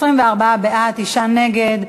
זה לא, 24 בעד, תשעה נגד.